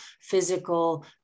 physical